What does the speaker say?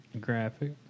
graphic